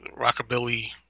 rockabilly